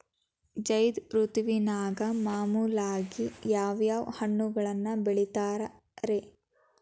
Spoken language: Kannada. ಝೈದ್ ಋತುವಿನಾಗ ಮಾಮೂಲಾಗಿ ಯಾವ್ಯಾವ ಹಣ್ಣುಗಳನ್ನ ಬೆಳಿತಾರ ರೇ?